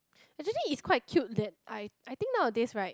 actually it's quite cute that I I think nowadays right